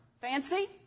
Fancy